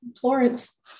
Florence